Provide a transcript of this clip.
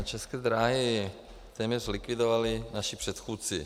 No, České dráhy téměř zlikvidovali naši předchůdci.